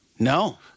No